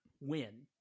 win